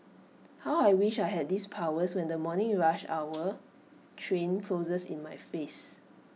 how I wish I had these powers when the morning rush hour train closes in my face